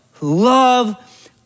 love